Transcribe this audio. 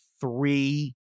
three